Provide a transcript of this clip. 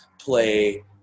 play